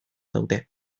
daude